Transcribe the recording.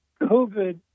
COVID